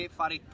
fare